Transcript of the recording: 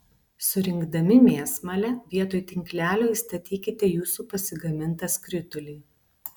surinkdami mėsmalę vietoj tinklelio įstatykite jūsų pasigamintą skritulį